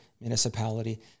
municipality